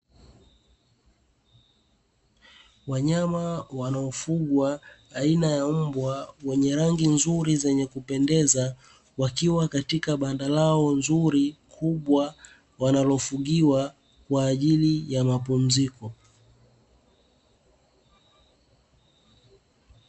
Wanyama wanaofugwa, aina ya mbwa wenye rangi nzuri zenye kupendeza, wakiwa katika banda lao zuri kubwa wanalofugiwa kwa ajili ya mapumziko.